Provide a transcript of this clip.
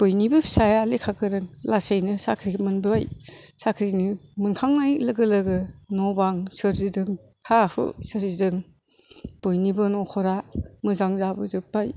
बयनिबो फिसाया लेखा गोरों लासैनो साख्रि मोनबोबाय साख्रिनि मोनखांनाय लोगो लोगो न' बां सोरजिदों हा हु सोरजिदों बयनिबो न'खरा मोजां जाबोजोब्बाय